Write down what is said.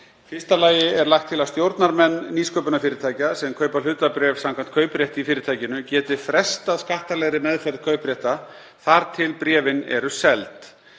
fyrsta lagi er lagt til að stjórnarmenn nýsköpunarfyrirtækja, sem kaupa hlutabréf samkvæmt kauprétti í fyrirtækinu, geti frestað skattalegri meðferð kaupréttar þar til bréfin eru seld.